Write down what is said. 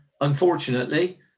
unfortunately